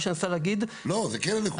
הנקודה שאני מנסה להגיד --- לא, זו כן הנקודה.